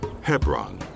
Hebron